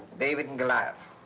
david and goliath.